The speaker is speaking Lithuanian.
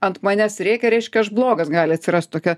ant manęs rėkia reiškia aš blogas gali atsirast tokia